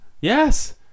yes